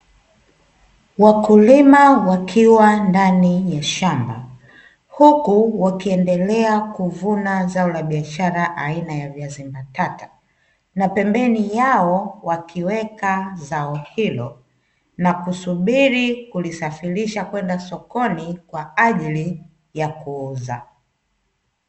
Wakulima wakiwa ndani ya shamba huku wakiendelea kuvuna zao la biashara aina ya viazi mbatata, na pembeni yao wakiweka zao hilo na kusubiri kulisafirisha kwenda sokoni kwa ajili ya kuuza.